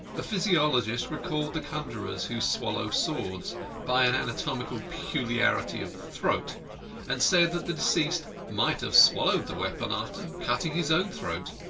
a physiologist recalled the conjurers who swallow swords by an anatomical peculiarity of the throat and said that the deceased might have swallowed the weapon after cutting his own throat.